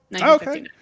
Okay